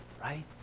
right